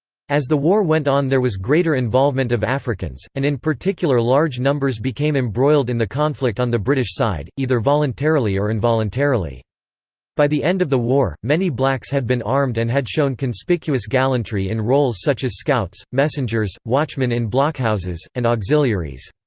as the war went on there was greater involvement of africans, and in particular large numbers became embroiled in the conflict on the british side, either voluntarily or involuntarily. by the end of the war, many blacks had been armed and had shown conspicuous gallantry in roles such as scouts, messengers, watchmen in blockhouses, and auxiliaries.